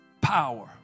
power